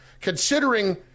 considering